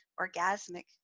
orgasmic